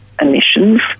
emissions